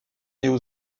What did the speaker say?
néo